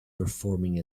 performing